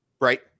Right